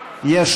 להצביע.